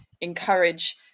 encourage